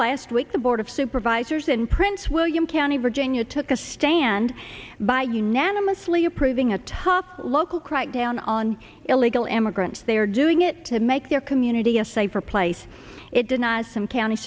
last week the board of supervisors in prince william county virginia took a stand by unanimously approving a tough local crackdown on illegal immigrants they are doing it to make their community a safer place it denies some count